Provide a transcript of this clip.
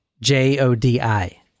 J-O-D-I